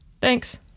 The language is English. Thanks